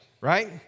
right